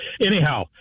Anyhow